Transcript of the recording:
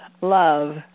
love